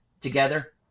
together